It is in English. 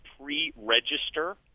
pre-register